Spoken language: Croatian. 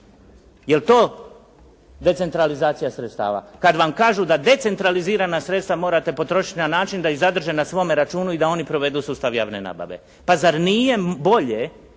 Jel to decentralizacija sredstava kad vam kažu da decentralizirana sredstva morate potrošiti na način da ih zadrže na svome računu i da oni provedu sustav javne nabave. Pa zar nije bolje